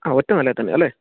ആ ഒറ്റ നിലയില്ത്തന്നെ അല്ലേ